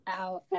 out